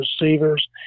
receivers